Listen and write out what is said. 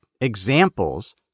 examples